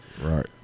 Right